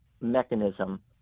mechanism